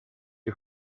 you